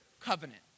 covenant